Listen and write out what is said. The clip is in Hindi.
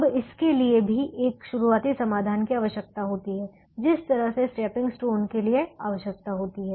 अब इसके लिए भी एक शुरुआती समाधान की आवश्यकता होती है जिस तरह से स्टेपिंग स्टोन के लिए आवश्यकता होती है